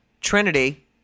trinity